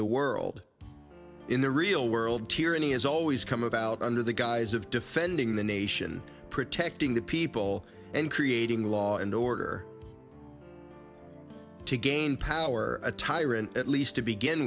the world in the real world tyranny has always come about under the guise of defending the nation protecting the people and creating law and order to gain power a tyrant at least to begin